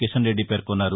కిషన్ రెడ్డి పేర్కొన్నారు